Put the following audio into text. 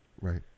Right